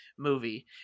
movie